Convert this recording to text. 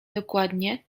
dokładnie